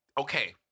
Okay